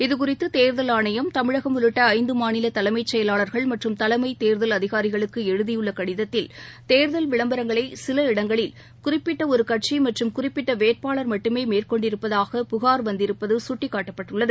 இதுகுறித்தேர்தல் ஆணையம் தமிழகம் உள்ளிட்டஐந்துமாநிலதலைமைச் செயலாளர்கள் மற்றும் தலைமைத் தேர்தல் அதிகாரிகளுக்குஎழுதியுள்ளகடிதத்தில் தேர்தல் விளம்பரங்களைசில இடங்களில் குறிப்பிட்டஒருகட்சிமற்றும் குறிப்பிட்டவேட்பாளர் மட்டுமேமேற்கொண்டிருப்பதாக புகார் வந்திருப்பதுசுட்டிக்காட்டப்பட்டுள்ளது